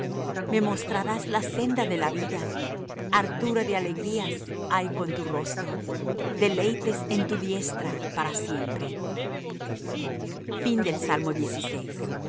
me mostrarás la senda de la vida hartura de alegrías hay con tu rostro deleites en tu diestra para siempre oración de